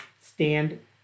stand